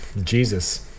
Jesus